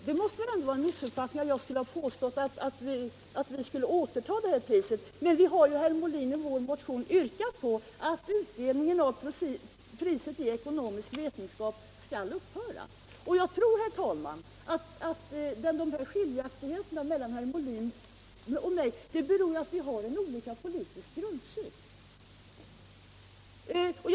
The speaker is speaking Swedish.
Herr talman! Det måste vara en missuppfattning att jag skulle ha påstått att vi skall återta priset. Vi har, herr Molin, i vår motion yrkat på att priset i ekonomisk vetenskap skall upphöra. Jag tror, herr talman, att skiljaktigheterna mellan herr Molins och min uppfattning beror på att vi har olika politisk grundsyn.